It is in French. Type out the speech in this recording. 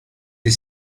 des